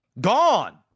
Gone